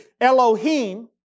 Elohim